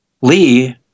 Lee